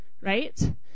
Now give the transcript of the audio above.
right